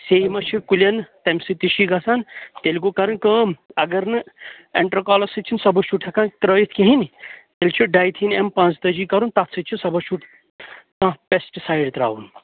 سیٚے ما چھِ کُلٮ۪ن تَمہِ سۭتۍ تہِ چھُ یہِ گژھان تیٚلہِ گوٚو کَرٕنۍ کٲم اگر نہٕ اینٹرکالَس سۭتۍ چھِنہٕ سبسچوٗٹ ہٮ۪کان ترٛٲوِتھ کِہیٖنٛۍ تیٚلہِ چھُ ڈایتھیٖن ایم پانٛژٕتٲجی کَرُن تَتھ سۭتۍ چھُ سبَسچوٗٹ کانٛہہ پیسٹٕسایڈ ترٛاوُن